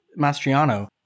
Mastriano